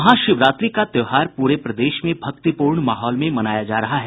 महाशिवरात्रि का त्योहार प्रे प्रदेश में भक्तिपूर्ण माहौल में मनाया जा रहा है